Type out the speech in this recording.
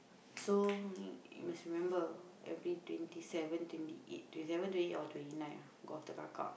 so you must remember every twenty seven twenty eight twenty seven twenty eight or twenty nine lah go after kakak